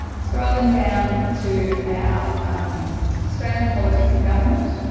scrolling down to our australian politics and government,